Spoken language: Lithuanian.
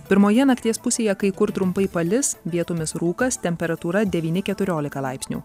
pirmoje nakties pusėje kai kur trumpai palis vietomis rūkas temperatūra devyni keturiolika laipsnių